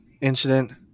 incident